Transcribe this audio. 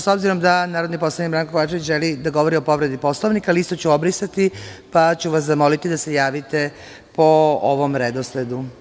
S obzirom da narodni poslanik Branislav Kovačević želi da govori o povredi Poslovnika, listu ću obrisati i zamoliću vas da se javite po ovom redosledu.